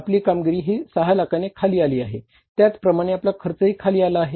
आपल्याकडे 6 लाख आहेत याचा अर्थ आपण ह्याची तुलना दोघांशी करूया तर त्याला फरक म्हणून संबोधले जाईल